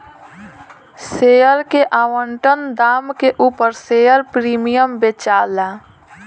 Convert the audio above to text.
share के आवंटन दाम के उपर शेयर प्रीमियम बेचाला